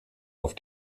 auf